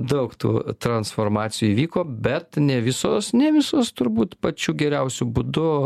daug tų transformacijų įvyko bet ne visos ne visos turbūt pačiu geriausiu būdu